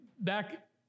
Back